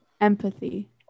empathy